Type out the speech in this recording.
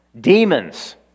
demons